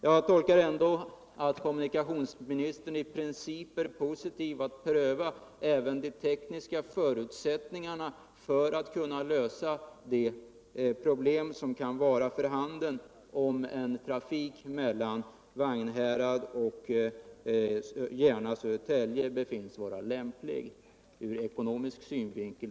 Jag tolkar ändå kommunikationsministern så, att han i princip är positivt inställd till att pröva även de tekniska förutsättningarna för att kunna lösa de problem som kan vara för handen, om en trafik mellan Vagnhärad och Järna-Södertälje befinns vara lämplig sedd ur ekonomisk synvinkel.